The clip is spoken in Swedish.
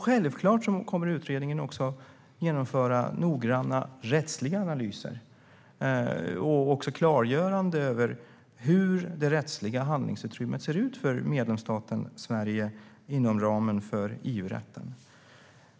Självklart kommer utredningen också att genomföra noggranna rättsliga analyser och klargöra hur det rättsliga handlingsutrymmet ser ut för medlemsstaten Sverige inom ramen för EU-rätten.